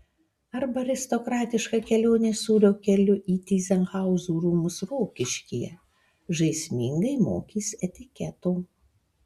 arba aristokratiška kelionė sūrio keliu į tyzenhauzų rūmus rokiškyje žaismingai mokys etiketo